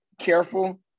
careful